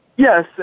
Yes